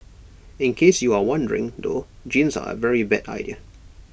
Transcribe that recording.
in case you are wondering though jeans are A very bad idea